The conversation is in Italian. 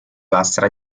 lastra